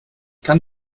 kann